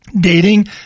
dating